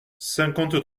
cinquante